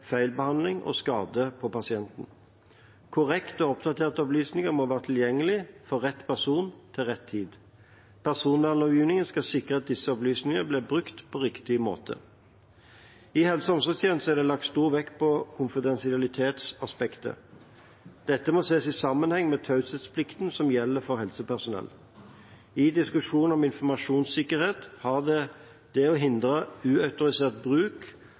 feilbehandling og skade på pasienten. Korrekte og oppdaterte opplysninger må være tilgjengelige for rett person til rett tid. Personvernlovgivningen skal sikre at disse opplysningene blir brukt på riktig måte. I helse- og omsorgstjenesten er det lagt stor vekt på konfidensialitetsaspektet. Dette må ses i sammenheng med taushetsplikten som gjelder for helsepersonell. I diskusjonen om informasjonssikkerhet har det å hindre uautorisert bruk